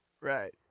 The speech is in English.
Right